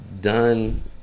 done